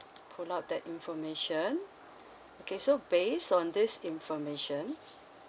pull out that information okay so based on this information